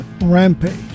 Rampage